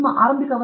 ಒಮ್ಮೆ ನೀವು Ph